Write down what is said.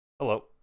Hello